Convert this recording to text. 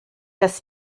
das